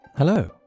Hello